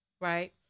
right